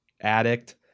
addict